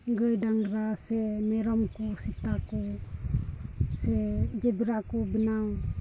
ᱜᱟᱹᱭ ᱰᱟᱝᱨᱟ ᱥᱮ ᱢᱮᱨᱚᱢ ᱠᱚ ᱥᱮᱛᱟ ᱠᱚ ᱥᱮ ᱡᱮᱵᱽᱨᱟ ᱠᱚ ᱵᱮᱱᱟᱣ